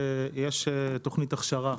יש תוכנית הכשרה,